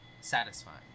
satisfying